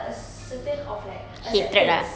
a certain of like acceptance